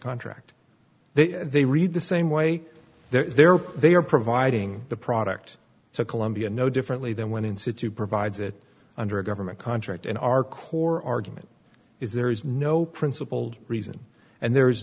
contract they they read the same way there they are providing the product to columbia no differently than when in situ provides it under a government contract in our core argument is there is no principled reason and there is